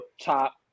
top